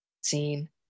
seen